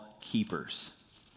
keepers